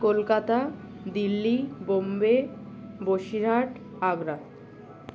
Kolkata Delhi Bombay Basirhat Agra